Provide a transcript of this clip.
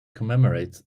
commemorates